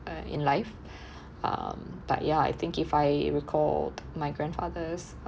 uh in life um but ya I think if I recalled my grandfather's